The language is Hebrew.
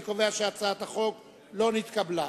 אני קובע שהצעת החוק לא נתקבלה.